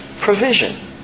provision